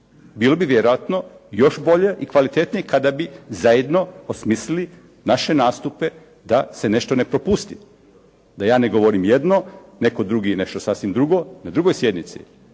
Bilo bi vjerojatno još bolje i kvalitetnije kada bi zajedno osmislili naše nastupe da se nešto ne propusti. Da ja ne govorim jedno, neko drugi nešto sasvim drugo, na drugoj sjednici.